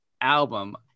album